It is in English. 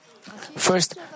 First